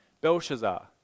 Belshazzar